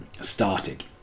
started